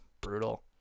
brutal